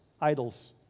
idols